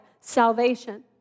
salvation